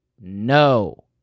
No